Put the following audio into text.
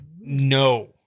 no